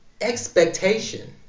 expectation